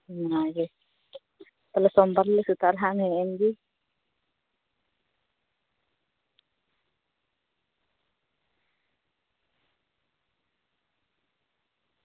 ᱚᱱᱟᱜᱮ ᱛᱟᱞᱦᱮ ᱥᱚᱢᱵᱟᱨ ᱦᱤᱞᱳᱜ ᱥᱮᱛᱟᱜ ᱨᱮ ᱦᱟᱸᱜ ᱮᱢ ᱦᱮᱡ ᱮᱱ ᱜᱮ